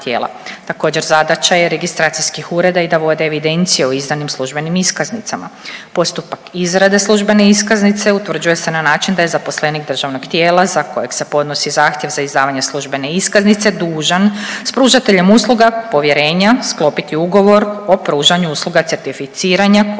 Također zadaća je registracijskih ureda i da vode evidencije o izdanim službenim iskaznicama. Postupak izrade službene iskaznice utvrđuje se na način da je zaposlenik državnog tijela za kojeg se podnosi zahtjev za izdavanje službene iskaznice dužan s pružateljem usluga povjerenja sklopiti ugovor o pružanju usluga certificiranja kojim se